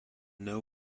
know